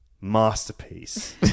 masterpiece